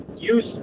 use